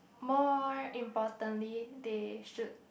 more importantly they should